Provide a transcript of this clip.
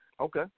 Okay